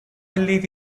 believe